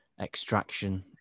extraction